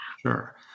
Sure